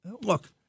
look